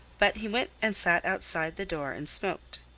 but he went and sat outside the door and smoked.